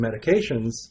medications